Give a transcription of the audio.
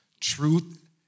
Truth